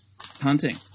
hunting